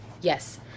Yes